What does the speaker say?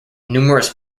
numerous